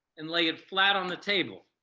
and lay it flat on the table.